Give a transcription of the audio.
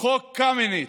חוק קמיניץ,